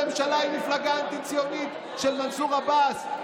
בחרתם בממשלה עם מפלגה אנטי-ציונית של מנסור עבאס,